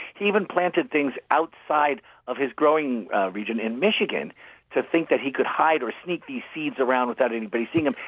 he even planted things outside of his growing region in michigan to think that he could hide or sneak these seeds around without anybody seeing him.